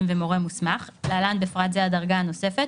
ומורה מוסמך(להלן בפרט זה- הדרגה הנוספת),